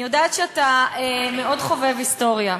אני יודעת שאתה מאוד חובב היסטוריה,